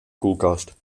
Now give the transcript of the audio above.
koelkast